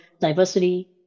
diversity